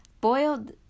boiled